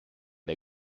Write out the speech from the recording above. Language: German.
der